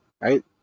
right